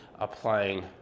applying